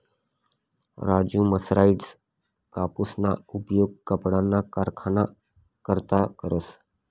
Raju mercerised कापूसना उपयोग कपडाना कारखाना करता करस